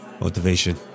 Motivation